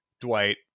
dwight